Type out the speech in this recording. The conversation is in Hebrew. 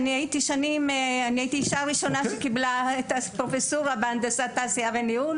והייתי האישה הראשונה שקיבלה את הפרופסורה בהנדסת תעשייה וניהול